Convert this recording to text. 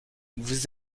vous